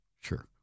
Sure